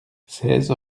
seize